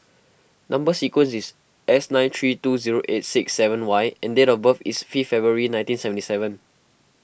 Number Sequence is S nine three two zero eight six seven Y and date of birth is fifth February nineteen seventy seven